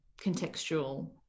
contextual